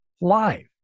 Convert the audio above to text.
live